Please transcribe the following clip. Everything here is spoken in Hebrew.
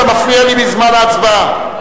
אתה מפריע לי בזמן ההצבעה.